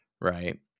Right